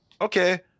okay